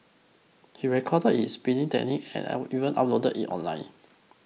he recorded his speeding antics and even uploaded it online